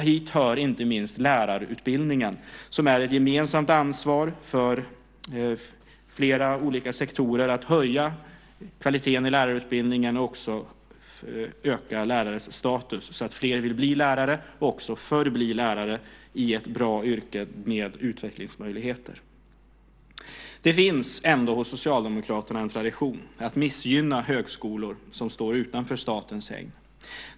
Hit hör inte minst lärarutbildningen. Det är ett gemensamt ansvar för flera olika sektorer att höja kvaliteten i lärarutbildningen och öka lärares status så att fler vill bli och förbli lärare i ett bra yrke med utvecklingsmöjligheter. Det finns hos Socialdemokraterna en tradition att missgynna högskolor som står utanför statens hägn.